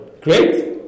Great